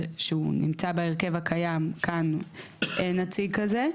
שנמצא בהרכב הקיים, כאן אין נציג כזה.